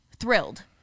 thrilled